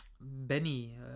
Benny